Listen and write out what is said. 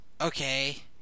okay